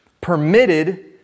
permitted